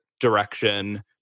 direction